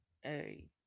Hey